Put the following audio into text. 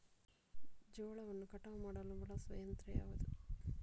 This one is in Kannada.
ಜೋಳವನ್ನು ಕಟಾವು ಮಾಡಲು ಬಳಸುವ ಯಂತ್ರ ಯಾವುದು?